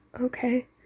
okay